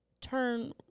turn